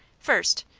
first,